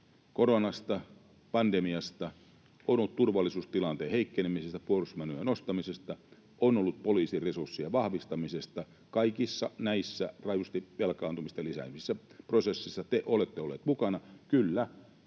koronasta, pandemiasta, on ollut kysymys turvallisuustilanteen heikkenemisestä, puolustusmenojen nostamisesta, on ollut poliisin resurs-sien vahvistamisesta. Kaikissa näissä rajusti velkaantumista lisänneissä prosesseissa te olette olleet mukana. Kyllä,